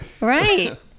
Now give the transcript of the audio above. Right